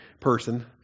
person